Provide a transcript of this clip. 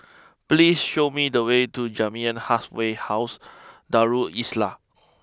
please show me the way to Jamiyah Halfway house Darul Islah